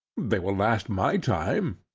they will last my time.